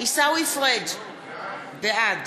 עיסאווי פריג' בעד